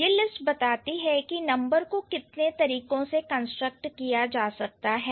यह लिस्ट बताती है कि नंबर को कितने तरीकों से कंस्ट्रक्ट किया जा सकता है